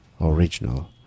original